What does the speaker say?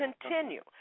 continue